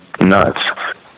nuts